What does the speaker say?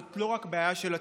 זו לא רק בעיה של הצעירים.